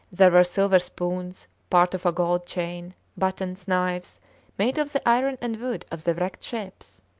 there were silver spoons, part of a gold chain, buttons, knives made of the iron and wood of the wrecked ships.